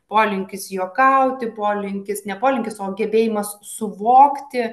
polinkis juokauti polinkis ne polinkis o gebėjimas suvokti